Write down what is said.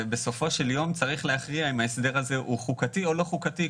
ובסופו של יום צריך להכריע האם ההסדר הזה חוקתי או לא חוקתי,